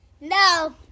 No